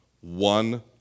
one